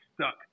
stuck